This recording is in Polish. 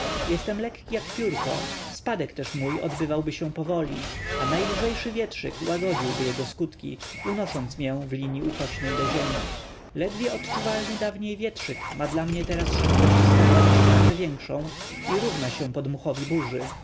jestem lekki jak piórko spadek też mój odbywałby się powoli a najlżejszy wietrzyk łagodziłby jego skutki unosząc mię w linii ukośnej do ziemi ledwie odczuwalny dawniej wietrzyk ma dla mnie teraz szybkość razy większą i równa się podmuchowi burzy